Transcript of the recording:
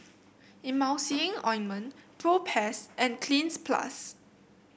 Emulsying Ointment Propass and Cleanz Plus